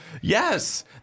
Yes